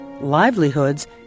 livelihoods